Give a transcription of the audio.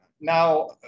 Now